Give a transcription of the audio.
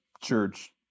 church